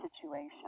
situation